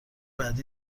بعدی